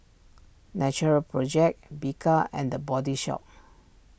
Natural Project Bika and the Body Shop